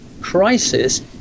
crisis